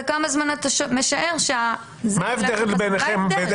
וכמה זמן אתה משער --- מה ההבדל בינכם -- מה ההבדל?